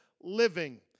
living